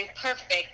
perfect